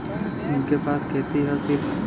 उनके पास खेती हैं सिर्फ